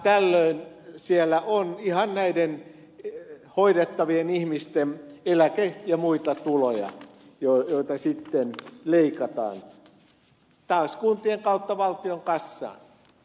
tällöin siellä on ihan näiden hoidettavien ihmisten eläke ja muita tuloja joita sitten leikataan taas kuntien kautta valtion kassaan